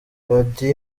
radiyo